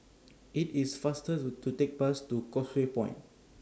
IT IS faster to to Take Bus to Causeway Point